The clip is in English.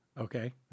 Okay